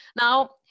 Now